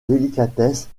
délicatesse